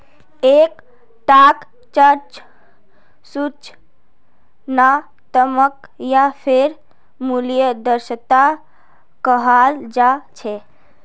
एक टाक चर्चा सूचनात्मक या फेर मूल्य दक्षता कहाल जा छे